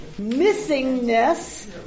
missingness